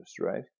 right